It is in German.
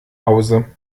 hause